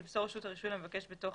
תמסור רשות הרישוי למבקש בתוך